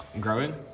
growing